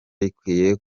rikwiye